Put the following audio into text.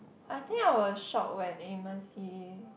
I think I was shocked when Amos-Yee